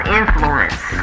influence